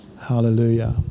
Hallelujah